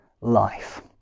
life